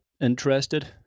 interested